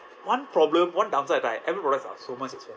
one problem one downside like apple products are so much expensive